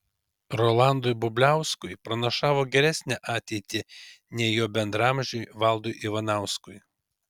rolandui bubliauskui pranašavo geresnę ateitį nei jo bendraamžiui valdui ivanauskui